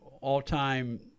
all-time